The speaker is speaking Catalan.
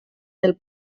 del